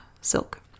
silk